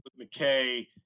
McKay